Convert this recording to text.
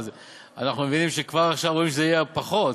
אנחנו מבינים כבר עכשיו שזה יהיה פחות,